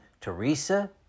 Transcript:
Teresa